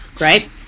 Right